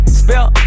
spell